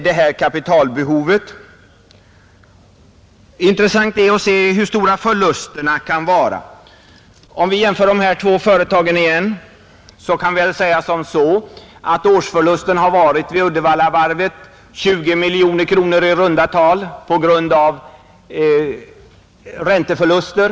Det är intressant att se också hur stora förlusterna kan vara i de två företagen. Vi uppskattade först att årsförlusterna i Uddevallavarvet varit i runda tal 20 miljoner kronor på grund av ränteförluster.